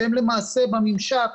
שהם למעשה בממשק